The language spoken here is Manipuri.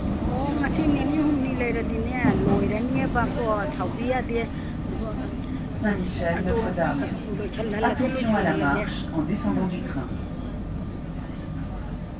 ꯑꯣ ꯉꯁꯤ ꯅꯤꯅꯤ ꯍꯨꯝꯅꯤ ꯂꯩꯔꯗꯤꯅꯦ ꯂꯣꯏꯔꯅꯤꯕꯀꯣ ꯁꯥꯎꯕꯤ ꯌꯥꯗꯦ ꯑꯗꯣ ꯂꯣꯏꯁꯜꯍꯜꯂꯒꯦ ꯂꯣꯏꯁꯜꯍꯜꯂꯒꯦ ꯎꯝ ꯎꯝ